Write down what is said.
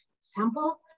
sample